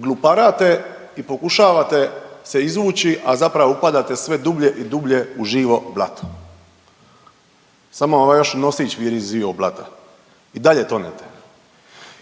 gluparate i pokušavate se izvući, a zapravo upadate sve dublje i dublje u živo blato samo vam još nosić viri iz živog blata i dalje tonete.